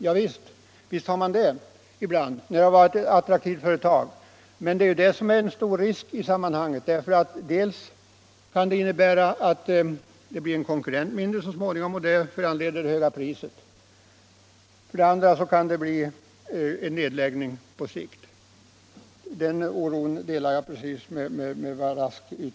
Ja, visst har det hänt när det har varit ett attraktivt företag. Men detta är också en stor risk, eftersom försäljningen dels kan innebära att det så småningom blir en konkurrent mindre, vilket föranleder högt pris, dels kan medföra nedläggningar på sikt. Oron för detta delar jag med herr Rask.